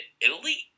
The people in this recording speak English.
Italy